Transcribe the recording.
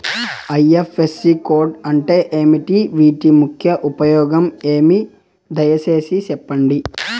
IFSC code అంటే ఏమి? వీటి ముఖ్య ఉపయోగం ఏమి? దయసేసి సెప్పండి?